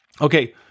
Okay